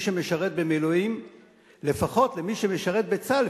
שמשרת בשירות לאומי לפחות למי שמשרת בצה"ל,